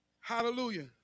Hallelujah